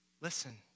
Listen